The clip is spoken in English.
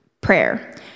prayer